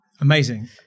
Amazing